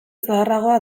zaharragoa